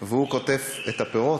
והוא קוטף את הפירות?